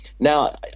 Now